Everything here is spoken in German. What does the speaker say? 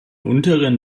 unteren